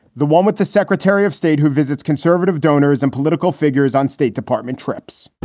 the one with the secretary of state who visits conservative donors and political figures on state department trips